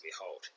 behold